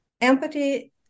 empathy